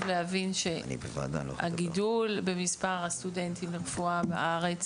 להבין שהגידול במספר הסטודנטים לרפואה בארץ